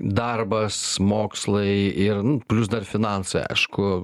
darbas mokslai ir nu plius dar finansai aišku